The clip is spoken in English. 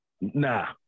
Nah